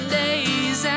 days